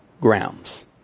grounds